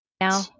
now